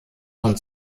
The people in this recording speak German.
von